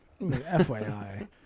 FYI